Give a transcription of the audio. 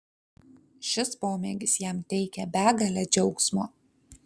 šis pomėgis jam teikia begalę džiaugsmo